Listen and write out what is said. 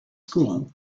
school